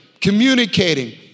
communicating